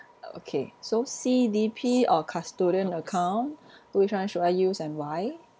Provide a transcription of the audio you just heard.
okay so C_D_P or custodian account which one should I use and why